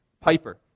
Piper